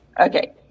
Okay